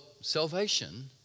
salvation